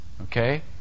Okay